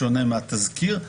שונה מהתזכיר,